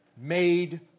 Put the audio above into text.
made